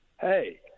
hey